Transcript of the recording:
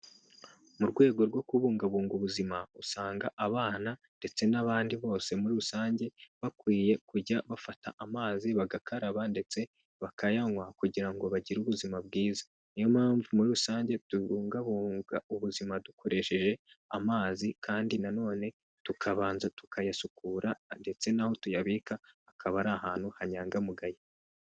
Mu rwego rwo kubungabunga ubuzima, usanga abana ndetse n'abandi bose muri rusange bakwiye kujya bafata amazi bagakaraba ndetse bakayanywa, kugira ngo bagire ubuzima bwiza, niyo mpamvu muri rusange tubungabunga ubuzima dukoresheje amazi, kandi nanone tukabanza tukayasukura ndetse n'aho tuyabika hakaba ari ahantu hanyangamugaye.